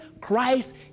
Christ